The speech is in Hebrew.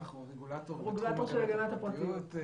אנחנו רגולטור בתחום הגנת הפרטיות.